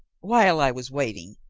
while i was waiting,